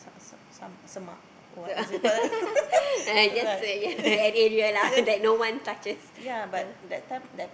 sa~ sa~ sa~ semak or what is it called like yeah